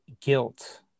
Guilt